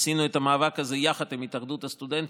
עשינו את המאבק הזה יחד עם התאחדות הסטודנטים,